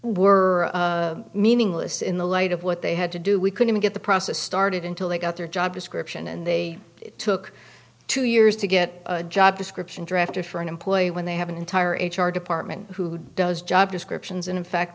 were meaningless in the light of what they had to do we couldn't get the process started until they got their job description and they took two years to get a job description drafted for an employer when they have an entire h r department who does job descriptions and in fact